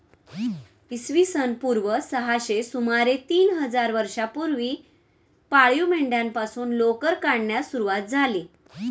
इसवी सन पूर्व सहाशे सुमारे तीन हजार वर्षांपूर्वी पाळीव मेंढ्यांपासून लोकर काढण्यास सुरवात झाली